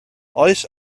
oes